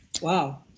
Wow